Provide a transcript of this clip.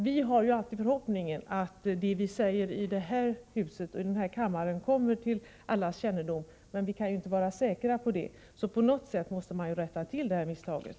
Vi har ju alltid förhoppningen att det vi säger i den här kammaren kommer till allas kännedom, men vi kan inte vara säkra på det, så på något sätt måste man rätta till misstaget.